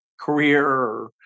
career